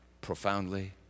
profoundly